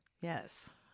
yes